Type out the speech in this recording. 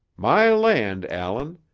my land, allan.